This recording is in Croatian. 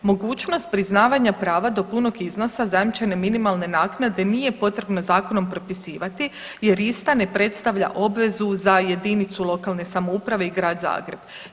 Mogućnost priznavanja prava do punog iznosa zajamčene minimalne naknade nije potrebno zakonom propisivati, jer ista ne predstavlja obvezu za jedinicu lokalne samouprave i grad Zagreb.